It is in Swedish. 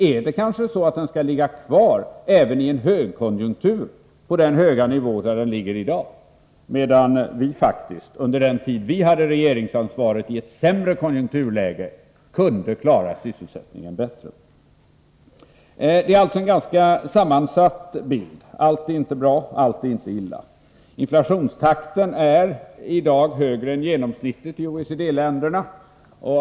Är det kanske så att den även i högkonjunktur skall ligga kvar på den höga nivå där den ligger i dag — vi kunde faktiskt, medan vi hade regeringsansvaret, i ett sämre konjunkturläge klara sysselsättningen bättre. Bilden är ganska sammansatt. Allt är inte bra, allt är inte illa. Inflationstakten är i dag högre än genomsnittet för OECD-länderna.